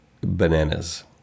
Bananas